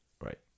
Right